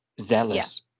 zealous